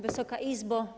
Wysoka Izbo!